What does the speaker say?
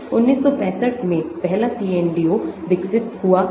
1965 में पहला CNDO विकसित हुआ था